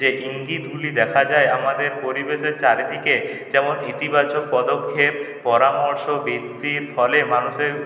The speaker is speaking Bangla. যে ইঙ্গিতগুলি দেখা যায় আমাদের পরিবেশের চারিদিকে যেমন ইতিবাচক পদক্ষেপ পরামর্শ বৃদ্ধির ফলে মানুষের